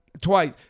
Twice